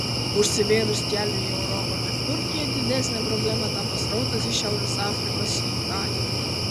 užsivėrus keliui į europą per turkiją didesne problema tapo srautas iš šiaurės afrikos į italiją